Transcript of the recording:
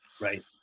right